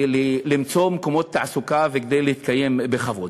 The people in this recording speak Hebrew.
כדי למצוא מקומות תעסוקה ולהתקיים בכבוד.